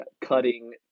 cutting